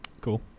cool